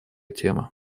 тема